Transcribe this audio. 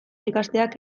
ikasteak